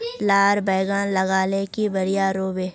लार बैगन लगाले की बढ़िया रोहबे?